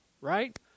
Right